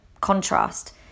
contrast